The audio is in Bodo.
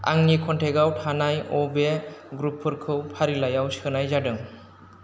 आंनि कन्थेकआव थानाय अबे ग्रुपफोरखौ फारिलाइयाव सोनाय जादों